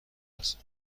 است